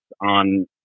on